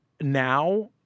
now